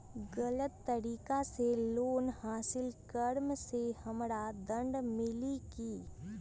गलत तरीका से लोन हासिल कर्म मे हमरा दंड मिली कि?